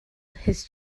his